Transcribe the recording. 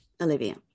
olivia